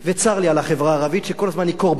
שכל הזמן היא קורבן של חלק מהרבנים,